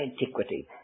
antiquity